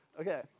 Okay